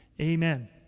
amen